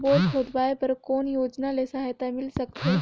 Bore खोदवाय बर कौन योजना ले सहायता मिल सकथे?